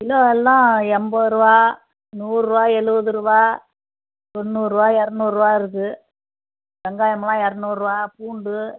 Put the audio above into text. kilo எல்லாம் எண்பது ரூபா நூறு ரூபா எழுவது ரூபா தொண்ணூறு ரூபா இரநூறு ரூபா இருக்கு வெங்காயமெல்லாம் இரநூறு ரூபா பூண்டு